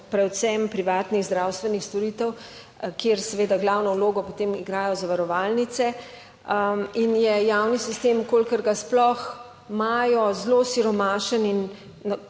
predvsem privatnih zdravstvenih storitev, kjer seveda glavno vlogo potem igrajo zavarovalnice in je javni sistem, v kolikor ga sploh imajo, zelo siromašen in